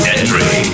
Entry